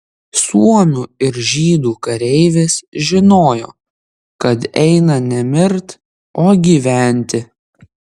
suomių ir žydų kareivis žinojo kad eina ne mirt o gyventi